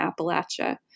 Appalachia